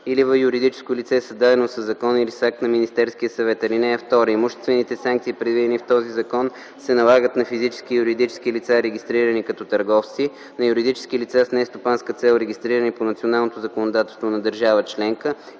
или в юридическо лице, създадено със закон или с акт на Министерския съвет. (2) Имуществените санкции, предвидени в този закон, се налагат на физически и юридически лица, регистрирани като търговци, на юридически лица с нестопанска цел, регистрирани по националното законодателство на държава членка